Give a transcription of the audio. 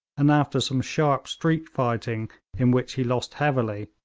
and after some sharp street fighting in which he lost heavily,